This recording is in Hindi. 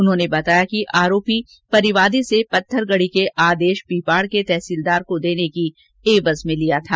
उन्होंने बताया कि आरोपी परिवादी से पत्थरगढी के आदेश पीपाड के तहसीलदार को देने की एवज में लिये थे